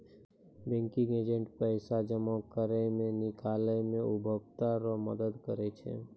banking agent पैसा जमा करै मे, निकालै मे उपभोकता रो मदद करै छै